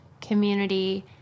community